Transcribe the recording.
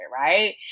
right